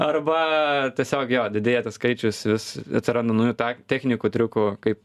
arba tiesiog jo didėja tas skaičius vis atsiranda naujų ta technikų triukų kaip